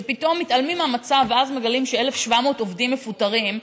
שפתאום מתעלמים מהמצב ואז מגלים ש-1,700 עובדים מפוטרים,